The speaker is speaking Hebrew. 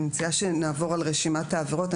אני מציעה שנעבור על רשימת העבירות.